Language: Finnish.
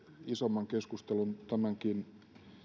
isomman keskustelun tämänkin